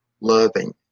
loving